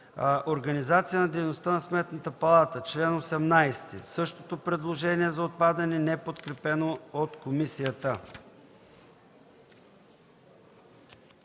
„Организация на дейността на Сметната палата”. Същото предложение за отпадане, неподкрепено от комисията.